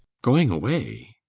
going away!